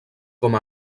com